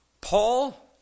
Paul